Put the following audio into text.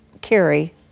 carry